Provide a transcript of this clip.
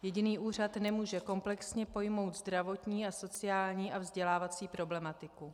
Jediný úřad nemůže komplexně pojmout zdravotní, sociální a vzdělávací problematiku.